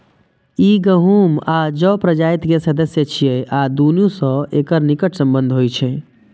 ई गहूम आ जौ प्रजाति के सदस्य छियै आ दुनू सं एकर निकट संबंध होइ छै